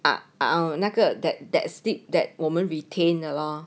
啊那个 that that slip that 我们 retained 的 lor